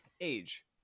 age